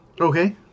Okay